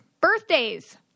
Birthdays